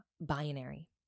binary